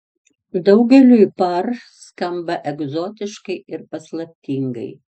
daugeliui par skamba egzotiškai ir paslaptingai